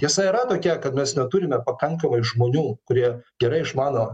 tiesa yra tokia kad mes neturime pakankamai žmonių kurie gerai išmano